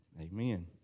Amen